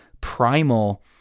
primal